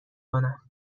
کنم